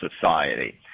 society